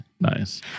nice